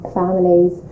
families